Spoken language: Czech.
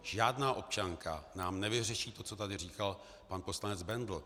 Žádná občanka nám nevyřeší to, co tady říkal pan poslanec Bendl.